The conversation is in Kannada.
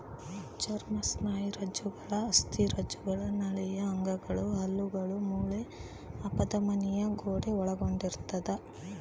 ಚರ್ಮ ಸ್ನಾಯುರಜ್ಜುಗಳು ಅಸ್ಥಿರಜ್ಜುಗಳು ನಾಳೀಯ ಅಂಗಗಳು ಹಲ್ಲುಗಳು ಮೂಳೆ ಅಪಧಮನಿಯ ಗೋಡೆ ಒಳಗೊಂಡಿರ್ತದ